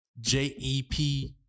JEP